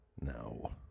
No